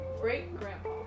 great-grandpa